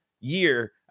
year